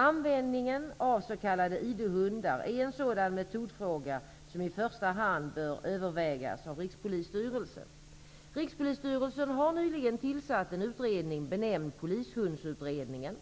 Användningen av s.k. ID-hundar är en sådan metodfråga som i första hand bör övervägas av Rikspolisstyrelsen har nyligen tillsatt en utredning benämnd polishundsutredningen.